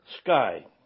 sky